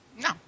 No